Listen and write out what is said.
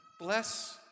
bless